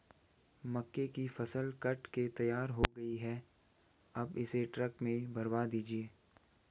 मक्के की फसल कट के तैयार हो गई है अब इसे ट्रक में भरवा दीजिए